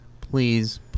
please